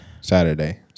Saturday